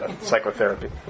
psychotherapy